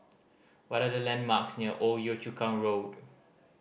what are the landmarks near Old Yio Chu Kang Road